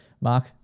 Mark